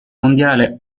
mondiale